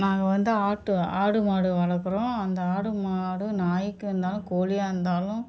நாங்கள் வந்து ஆடு ஆடு மாடு வளர்க்குறோம் அந்த ஆடு மாடு நாய்க்கு இருந்தாலும் கோழியா இருந்தாலும்